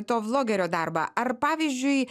to vlogerio darbą ar pavyzdžiui